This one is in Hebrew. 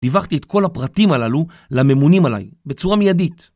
דיווחתי את כל הפרטים הללו לממונים עליי, בצורה מיידית